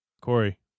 Corey